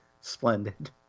Splendid